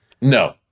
no